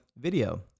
video